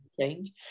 change